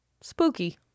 spooky